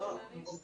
אין.